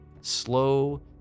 slow